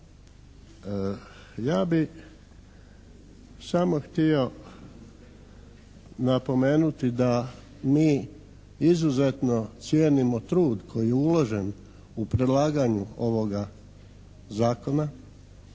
Ja bi samo htio napomenuti da mi izuzetno cijenimo trud koji je uložen u predlaganju ovoga zakona